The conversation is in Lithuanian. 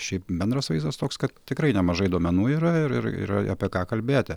šiaip bendras vaizdas toks kad tikrai nemažai duomenų yra ir yra apie ką kalbėti